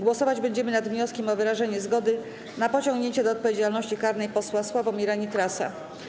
Głosować będziemy nad wnioskiem o wyrażenie zgody na pociągnięcie do odpowiedzialności karnej Posła Sławomira Nitrasa.